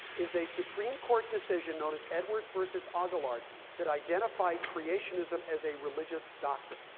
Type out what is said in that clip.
is a supreme court decision known as edwards versus aguillard that identified creationism as a religious doctrine.